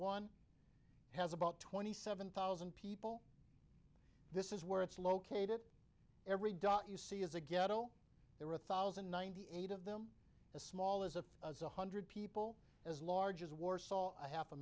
one has about twenty seven thousand people this is where it's located every dot you see is a ghetto there are a thousand and ninety eight of them as small as a hundred people as large as warsaw half a